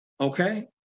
Okay